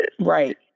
Right